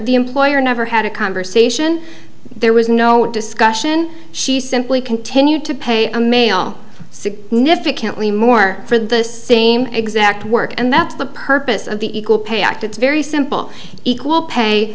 the employer never had a conversation there was no discussion she simply continued to pay a male significantly more for the same exact work and that's the purpose of the equal pay act it's very simple equal pay